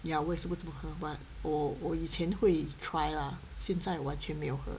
ya 我也什么没有怎么喝 but 我我以前会 try lah 啦现在完全没有喝